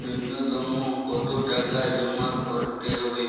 নূন্যতম কতো টাকা জমা করতে হবে?